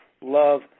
love